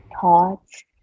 thoughts